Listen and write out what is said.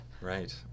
Right